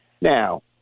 now